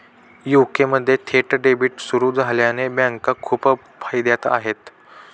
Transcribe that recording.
UK मध्ये थेट debit सुरू झाल्याने बँका खूप फायद्यात आहे